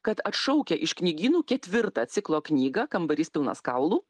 kad atšaukia iš knygynų ketvirtą ciklo knygą kambarys pilnas kaulų